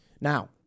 Now